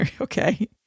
Okay